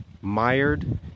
Mired